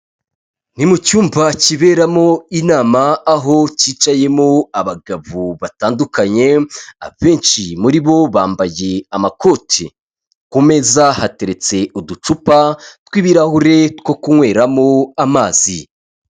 Ni mu cyumba kiberamo inama aho cyicayemo abagabo batandukanye abenshi muri bo bambagiye amakoti, ku meza hateretse uducupa tw'ibirahure two kunyweramo amazi.